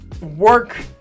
work